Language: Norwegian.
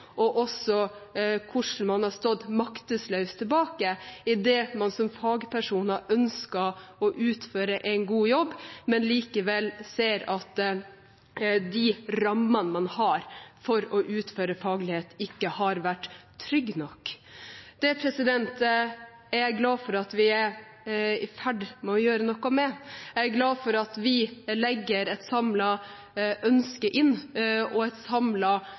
og også på hvordan man har stått maktesløs tilbake idet man som fagperson har ønsket å utføre en god jobb, men likevel ser at de rammene man har for å utføre faglighet, ikke har vært trygge nok. Det er jeg glad for at vi er i ferd med å gjøre noe med. Jeg er glad for at vi legger inn et samlet ønske og et